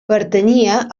pertanyia